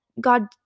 God